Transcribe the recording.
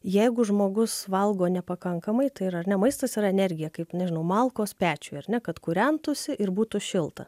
jeigu žmogus valgo nepakankamai tai yra ar ne maistas yra energija kaip nežinau malkos pečiuj ar ne kad kūrentųsi ir būtų šilta